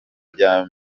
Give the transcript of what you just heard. bya